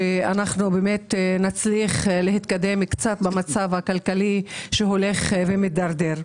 שבאמת נצליח להתקדם קצת במצב הכלכלי שהולך ומתדרדר.